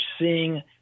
seeing